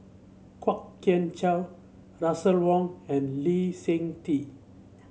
Kwok Kian Chow Russel Wong and Lee Seng Tee